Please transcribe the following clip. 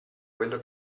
quello